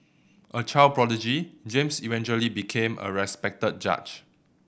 a child prodigy James eventually became a respected judge